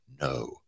no